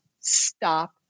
stop